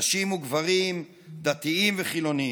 נשים וגברים, דתיים וחילונים.